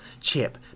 Chip